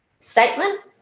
statement